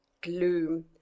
gloom